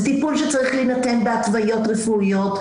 זה טיפול שצריך להנתן בהתוויות רפואיות,